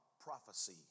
prophecy